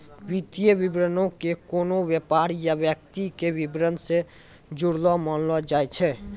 वित्तीय विवरणो के कोनो व्यापार या व्यक्ति के विबरण से जुड़लो मानलो जाय छै